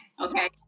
okay